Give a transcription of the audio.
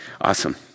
Awesome